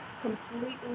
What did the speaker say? completely